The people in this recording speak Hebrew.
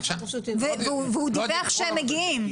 והוא דיווח שהם מגיעים.